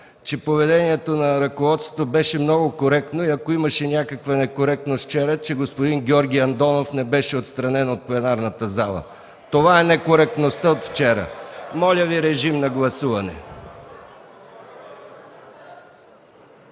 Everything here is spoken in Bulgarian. че поведението на ръководството беше много коректно. Ако имаше някаква некоректност вчера е, че господин Георги Андонов не беше отстранен от пленарната зала. Това е некоректността от вчера! (Шум и реплики